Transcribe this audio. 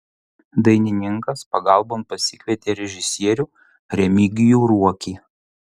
dainininkas pagalbon pasikvietė režisierių remigijų ruokį